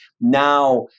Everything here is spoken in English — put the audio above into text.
Now